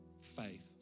faith